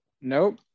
Nope